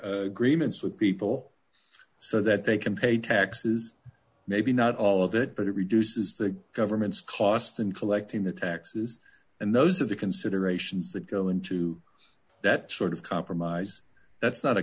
agreements with people so that they can pay taxes maybe not all of it but it reduces the government's cost in collecting the taxes and those are the considerations that go into that sort of compromise that's not a